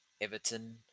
Everton